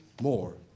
more